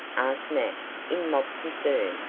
asked nat in mock concern.